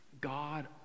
God